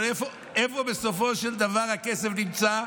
אבל בסופו של דבר איפה הכסף נמצא?